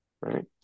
Right